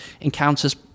encounters